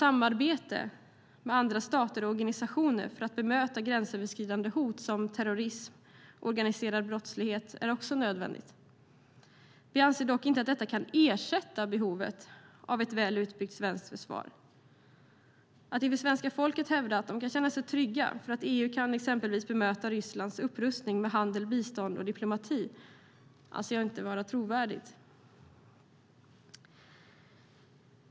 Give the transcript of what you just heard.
Samarbete med andra stater och organisationer för att bemöta gränsöverskridande hot som terrorism och organiserad brottslighet är också nödvändigt. Vi anser dock inte att detta kan ersätta behovet av ett väl utbyggt svenskt försvar. Att inför svenska folket hävda att de kan känna sig trygga för att EU exempelvis kan bemöta Rysslands upprustning med handel, bistånd och diplomati anser jag inte vara trovärdigt.